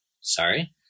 Sorry